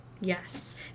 Yes